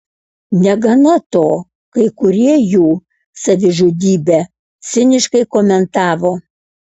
negana to kai kurie jų savižudybę ciniškai komentavo